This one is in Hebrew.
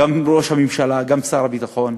גם ראש הממשלה, גם שר הביטחון,